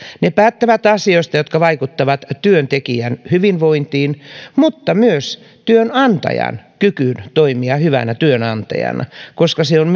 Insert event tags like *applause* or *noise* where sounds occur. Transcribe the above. ne päättävät asioista jotka vaikuttavat työntekijän hyvinvointiin mutta myös työnantajan kykyyn toimia hyvänä työnantajana koska myös se on *unintelligible*